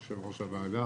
יושב-ראש הוועדה,